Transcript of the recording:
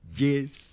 yes